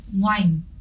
Wine